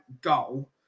goal